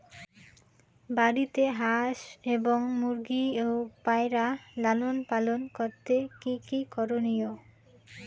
বাড়িতে হাঁস এবং মুরগি ও পায়রা লালন পালন করতে কী কী করণীয়?